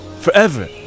Forever